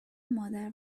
مادر